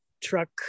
Truck